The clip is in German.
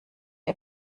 ihr